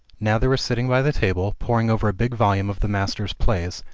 now they were sitting by the table, poring over a big volume of the master's plays,